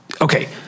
okay